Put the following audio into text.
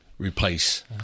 replace